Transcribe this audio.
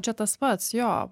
čia tas pats jo